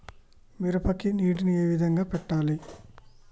మిరపకి నీటిని ఏ విధంగా పెట్టాలి?